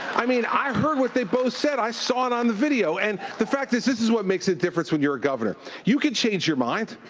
i mean, i heard what they both said, i saw it on the video. and the fact is this is what makes a difference when you're a governor. you can change your mind.